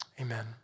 amen